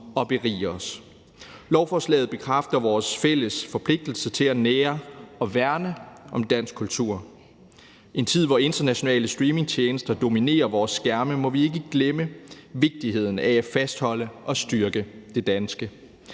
og berige os. Lovforslaget bekræfter vores fælles forpligtelse til at nære og værne om dansk kultur. I en tid, hvor internationale streamingtjenester dominerer vores skærme, må vi ikke glemme vigtigheden af at fastholde og styrke det danske.